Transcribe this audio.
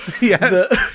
Yes